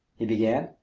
he began,